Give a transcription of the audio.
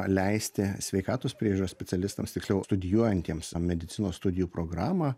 leisti sveikatos priežiūros specialistams tiksliau studijuojantiems medicinos studijų programą